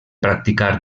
practicar